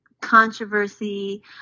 controversy